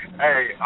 hey